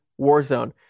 Warzone